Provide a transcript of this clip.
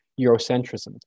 Eurocentrism